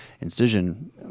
incision